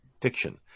fiction